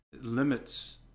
limits